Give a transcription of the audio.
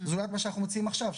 זולת מה שאנחנו מוציאים עכשיו,